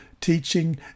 teaching